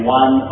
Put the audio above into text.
one